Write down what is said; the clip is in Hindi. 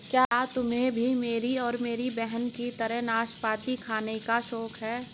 क्या तुम्हे भी मेरी और मेरी बहन की तरह नाशपाती खाने का शौक है?